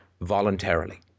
voluntarily